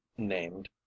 named